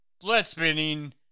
blood-spinning